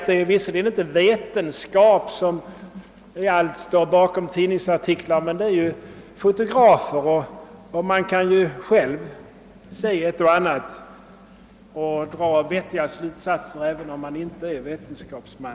Det är visserligen inte vetenskap som i allt ligger bakom tidningsartiklarna, men fotografier har tagits och man kan själv se ett och annat och dra vettiga slutsatser, även om man inte är vetenskapsman.